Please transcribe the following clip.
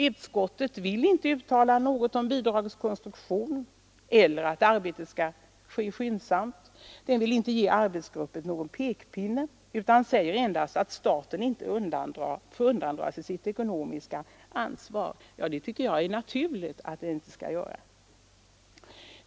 Utskottet vill inte uttala något om bidragets konstruktion eller att arbetet skall ske skyndsamt — det vill inte ge arbetsgruppen någon pekpinne — utan säger endast att staten inte får undandra sig sitt ekonomiska ansvar. Ja, det tycker jag att det är naturligt att staten inte skall göra.